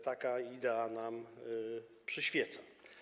Taka idea nam przyświeca.